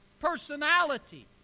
personality